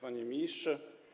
Panie Ministrze!